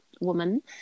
woman